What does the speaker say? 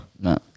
No